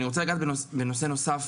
ואני רוצה לגעת בנושא נוסף,